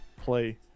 play